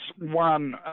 one